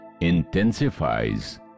intensifies